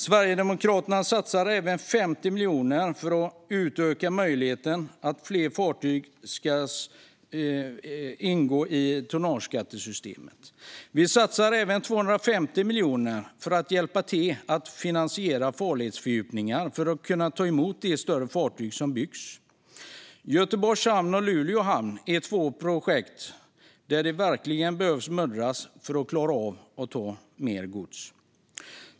Sverigedemokraterna satsar 50 miljoner på att utöka möjligheten för fler fartyg att ingå i tonnageskattesystemet. Vi satsar även 250 miljoner på att hjälpa till att finansiera farledsfördjupningar för att kunna ta emot de större fartyg som byggs. Göteborgs hamn och Luleå hamn är två projekt där det verkligen behöver muddras för att klara av att ta mer gods.